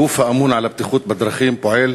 הגוף האמון על הבטיחות בדרכים פועל